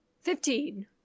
Fifteen